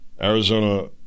Arizona